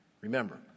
Remember